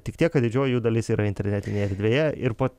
tik tiek kad didžioji jų dalis yra internetinėje erdvėje ir po